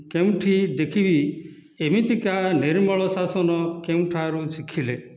କେଉଁଠି ଦେଖିବି ଏମିତିକା ନିର୍ମଳ ଶାସନ କେଉଁଠାରୁ ଶିଖିଲେ